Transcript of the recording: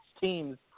teams